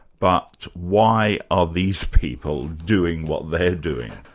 but why are these people doing what they're doing?